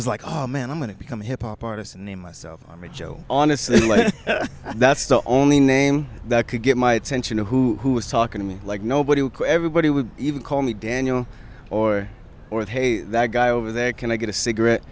was like oh man i'm going to become hip hop artist nameless so i'm a joke honestly that's the only name that could get my attention to who was talking to me like nobody everybody would even call me daniel or or of hey that guy over there can i get a cigarette